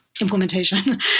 implementation